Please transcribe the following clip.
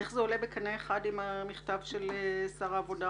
איך זה עולה בקנה אחד עם המכתב של שר העבודה,